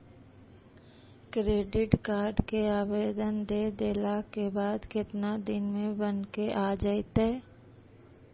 Credit card के आवेदन दे देला के बाद केतना दिन में बनके आ जइतै?